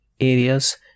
areas